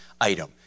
item